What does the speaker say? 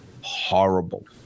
horrible